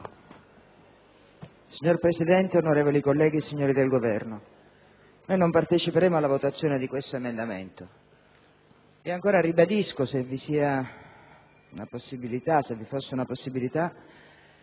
Signor Presidente, onorevoli colleghi, signori del Governo, noi non parteciperemo alla votazione di questo emendamento e ancora ribadisco, se vi fosse una possibilità,